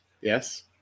Yes